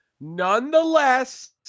Nonetheless